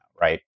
right